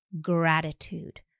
gratitude